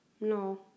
No